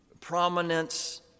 prominence